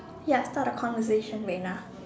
ya talk a conversation will be enough